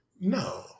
No